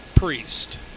priest